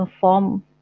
form